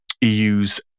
EU's